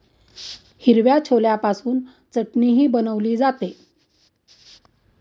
हिरव्या छोल्यापासून चटणीही बनवली जाते